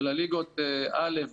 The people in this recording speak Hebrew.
הליגות א',